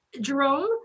Jerome